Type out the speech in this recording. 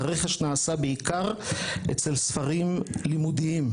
הרכש נעשה בעיקר אצל ספרים לימודיים,